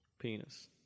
Penis